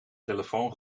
telefoon